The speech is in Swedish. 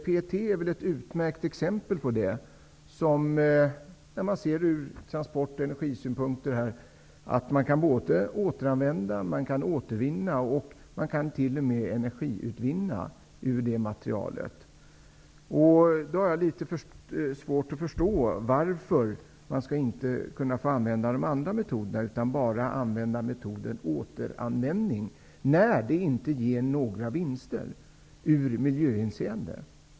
PET är ett utmärkt exempel på det. När mar ser det ur transport och energisynpunkt kan man återanvända, återvinna och t.o.m. utvinna energi ur materialet. Jag har litet svårt att förstå varför man inte skall kunna få använda de andra metoderna, utan bara metoden återanvändning. Den metoden ger inte några vinster i miljöhänseende.